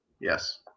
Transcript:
Yes